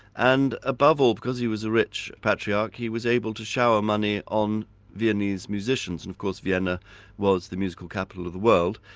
and above all, because he was a rich patriarch, he was able to shower money on viennese musicians. and of course vienna was the musical capital of the world,